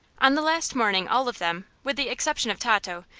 on the last morning all of them with the exception of tato,